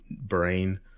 brain